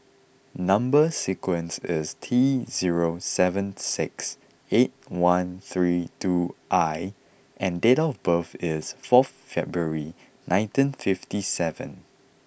number sequence is T zero seven six eight one three two I and date of birth is fourth February nineteen fifty seven